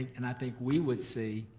and i think we would see